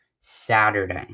saturday